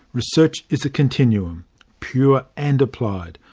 research is a continuum pure and applied,